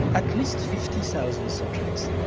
at least fifty thousand subjects.